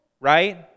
right